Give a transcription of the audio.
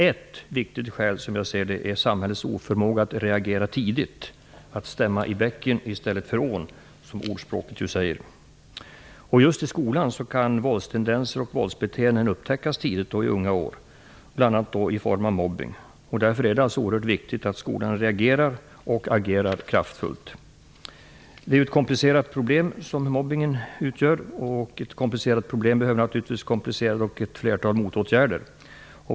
Ett viktigt skäl, som jag ser det, är samhällets oförmåga att reagera tidigt, att stämma i bäcken i stället för ån, som ordspråket säger. Just i skolan kan våldstendenser och våldsbeteenden, bl.a. i form av mobbning, upptäckas tidigt och i unga år. Därför är det oerhört viktigt att skolan reagerar och agerar kraftfullt. Mobbning utgör ett komplicerat problem. Ett komplicerat problem kräver naturligtvis ett flertal komplicerade motåtgärder.